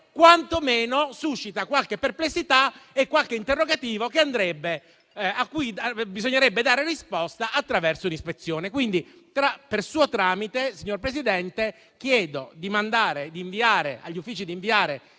quanto meno suscita qualche perplessità e qualche interrogativo a cui bisognerebbe dare risposta attraverso l'ispezione. Per suo tramite, signor Presidente, chiedo pertanto agli uffici di inviare